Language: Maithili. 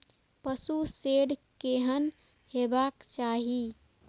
पशु शेड केहन हेबाक चाही?